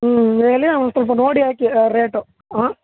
ಹ್ಞೂ ಮೇಲೆ ಒಂದು ಸ್ವಲ್ಪ ನೋಡಿ ಹಾಕಿ ರೇಟು ಹಾಂ